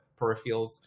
peripherals